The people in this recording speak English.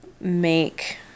make